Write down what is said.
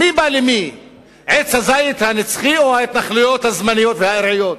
עץ הזית הנצחי או ההתנחלויות הזמניות והארעיות?